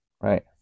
right